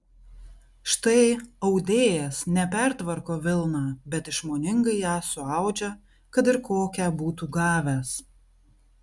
štai audėjas ne pertvarko vilną bet išmoningai ją suaudžia kad ir kokią būtų gavęs